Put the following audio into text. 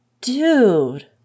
dude